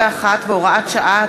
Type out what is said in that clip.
81 והוראת שעה),